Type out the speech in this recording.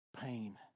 pain